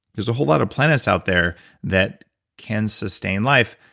there's a whole lot of planets out there that can sustain live,